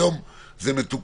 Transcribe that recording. היום זה מתוקן,